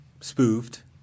spoofed